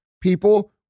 people